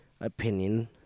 opinion